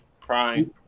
crying